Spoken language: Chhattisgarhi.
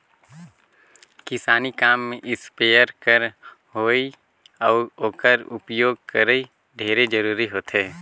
किसानी काम में इस्पेयर कर होवई अउ ओकर उपियोग करई ढेरे जरूरी होथे